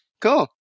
cool